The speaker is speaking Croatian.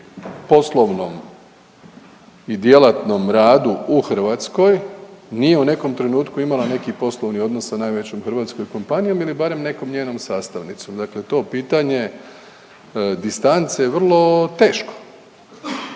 poslovnom i djelatnom radu u Hrvatskoj nije u nekom trenutku imala neki poslovni odnos sa najvećom hrvatskom kompanijom ili barem nekom njenom sastavnicom. Dakle to pitanje distance je vrlo teško,